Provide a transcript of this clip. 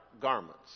garments